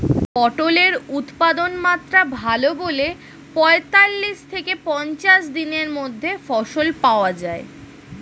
পটলের উৎপাদনমাত্রা ভালো বলে পঁয়তাল্লিশ থেকে পঞ্চাশ দিনের মধ্যে ফসল পাওয়া যায়